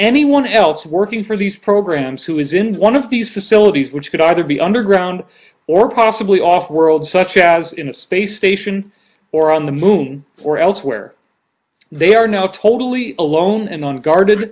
anyone else working for these programs who is in one of these facilities which could either be underground or possibly off world such as in a space station or on the moon or elsewhere they are now totally alone and on guard